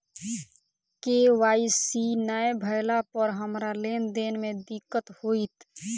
KYC नै भेला पर हमरा लेन देन मे दिक्कत होइत?